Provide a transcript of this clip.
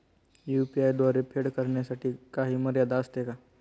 UPI द्वारे फेड करण्यासाठी काही मर्यादा असते का?